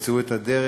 ימצאו את הדרך